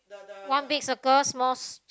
one big circle small ci~